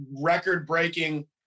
record-breaking